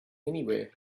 anywhere